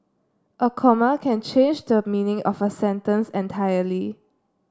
a comma can change the meaning of a sentence entirely